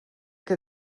que